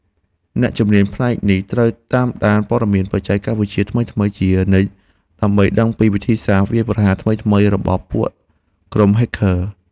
អ្នកជំនាញផ្នែកនេះត្រូវតាមដានព័ត៌មានបច្ចេកវិទ្យាថ្មីៗជានិច្ច ដើម្បីដឹងពីវិធីសាស្ត្រវាយប្រហារថ្មីៗរបស់ពួកក្រុមហែកឃ័រ។